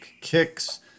kicks